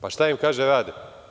Pa, šta im kaže – rade.